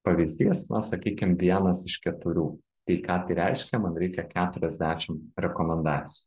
pavyzdys na sakykim vienas iš keturių tai ką tai reiškia man reikia keturiasdešim rekomendacijų